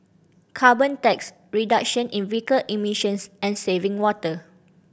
carbon tax reduction in vehicle emissions and saving water